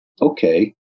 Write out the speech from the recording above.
okay